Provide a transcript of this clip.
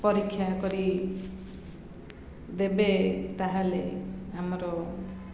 ପରୀକ୍ଷା କରି ଦେବେ ତାହେଲେ ଆମର